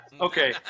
Okay